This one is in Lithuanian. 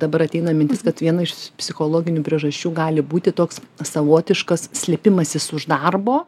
dabar ateina mintis kad viena iš psichologinių priežasčių gali būti toks savotiškas slėpimasis už darbo